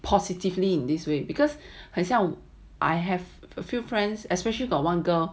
positively in this way because 很像 I have a few friends especially got one girl